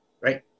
right